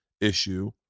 issue